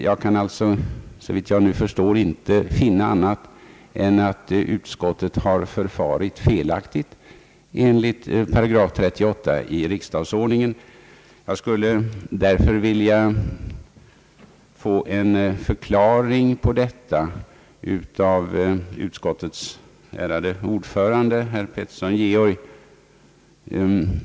Jag kan alltså inte finna annat än att utskottet i detta fall har förfarit felaktigt enligt 8 38 i riksdagsordningen. Jag vore tacksam för en förklaring av utskottets ärade ordförande, herr Georg Pettersson, beträffande utskottets handlingssätt i denna fråga.